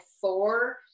four